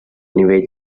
nivell